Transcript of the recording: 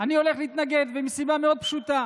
אני הולך להתנגד מסיבה מאוד פשוטה.